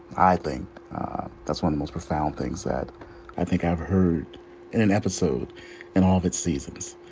i think that's one of most profound things that i think i've heard in an episode and all of its seasons.